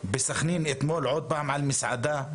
בסכנין אתמול עוד פעם על מסעדה,